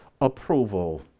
approval